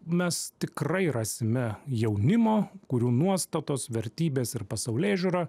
mes tikrai rasime jaunimo kurių nuostatos vertybės ir pasaulėžiūra